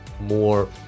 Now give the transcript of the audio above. more